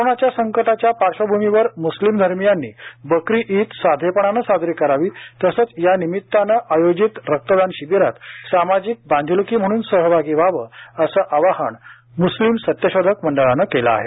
corona संकटाच्या पार्श्वभूमीवर मुस्लिम धर्मियांनी बकरी ईद साधेपणानं साजरी करावी तसंच यानिमितानं आयोजित रक्तदान शिबिरात सामाजिक बांधिलकी म्हणून सहभागी व्हावे असं आवाहन म्स्लिम सत्यशोधक मंडळानं केलं आहे